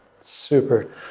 Super